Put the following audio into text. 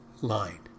line